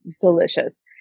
delicious